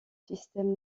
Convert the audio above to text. système